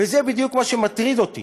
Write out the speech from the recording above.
וזה בדיוק מה שמטריד אותי: